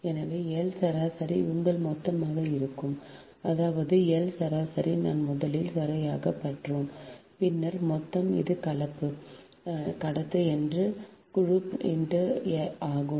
எனவே L சராசரி உங்கள் மொத்தமாக இருக்கும் அதாவது L சராசரி நாம் முதலில் சரியாகப் பெற்றோம் பின்னர் மொத்தம் இது கலப்பு x என்று கடத்தி குழு x ஆகும்